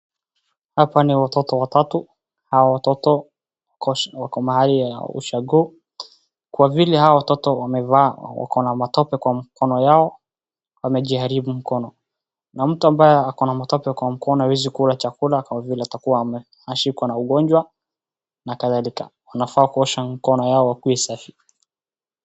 Hapa ni watoto watatu, hawa watoto wako mahali ya ushago kwa vile hawa watoto wamevaa, wako na matope kwa mkono yao, wamejiharibu mkono na mtu ambaye ako na matope kwa mkono hawezi akakula kwa sababu atakua ameshikwa na ugonjwa na kadhalika. Unafaa kuosha mkono wako ikue safi.